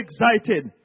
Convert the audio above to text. excited